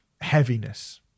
heaviness